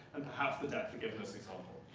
and perhaps, the debt forgiveness example.